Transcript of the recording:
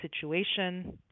situation